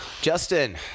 Justin